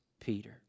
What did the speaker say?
Peter